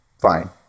fine